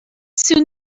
soon